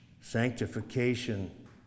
Sanctification